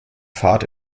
fahrt